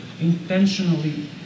intentionally